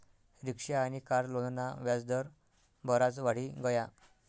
rickshaw आनी car लोनना व्याज दर बराज वाढी गया